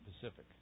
Pacific